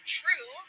true